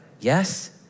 yes